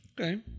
Okay